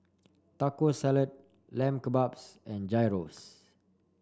Taco Salad Lamb Kebabs and Gyros